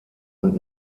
und